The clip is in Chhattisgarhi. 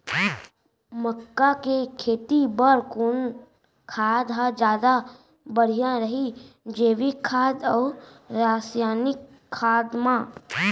मक्का के खेती बर कोन खाद ह जादा बढ़िया रही, जैविक खाद अऊ रसायनिक खाद मा?